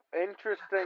interesting